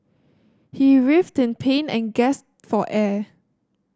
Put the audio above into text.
he writhed in pain and gasped for air